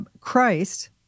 Christ